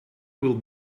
will